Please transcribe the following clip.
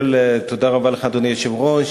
תודה רבה לך, אדוני היושב-ראש.